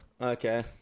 Okay